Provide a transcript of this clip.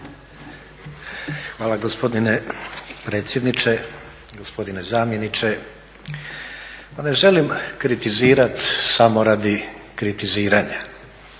Hvala gospodine predsjedniče, gospodine zamjeniče. Pa ne želim kritizirati samo radi kritiziranja